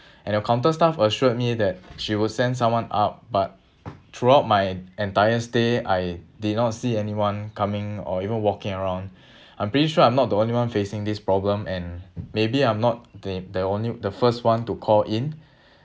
and your counter staff assured me that she will send someone up but throughout my entire stay I did not see anyone coming or even walking around I'm pretty sure I'm not the only one facing this problem and maybe I'm not the the only the first [one] to call in